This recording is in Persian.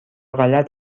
غلط